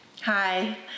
Hi